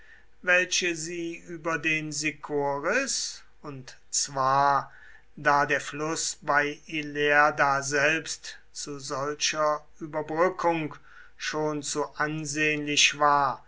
welche sie über den sicoris und zwar da der fluß bei ilerda selbst zu solcher überbrückung schon zu ansehnlich war